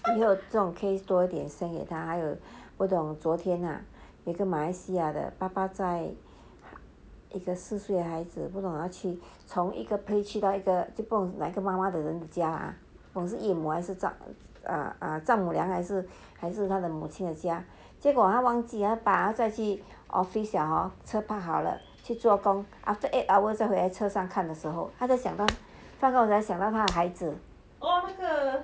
这种 case 多一点 send 给他还有不懂昨天 ah 有一个马来西亚的爸爸在 it's a 四岁的孩子不懂他去从一个 place 去到不懂哪一个妈妈的人家不懂是姨母还是丈母丈母娘还是他的母亲的家结果他忘记他去 office 了 hor 车 park 好了去做工 after eight hours 在回来车上看的时候他才想到他的孩子